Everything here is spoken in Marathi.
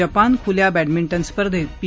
जपान खुल्या बॅडमिटन स्पर्धेत पी